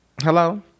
hello